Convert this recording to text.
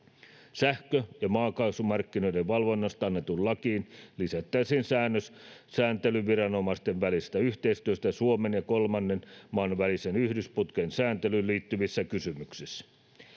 sähkö ja maakaasumarkkinoiden valvonnasta annettuun lakiin lisättäisiin säännös sääntelyviranomaisten välisestä yhteistyöstä suomen ja kolmannen maan välisen yhdysputken sääntelyyn liittyvissä kysymyksissä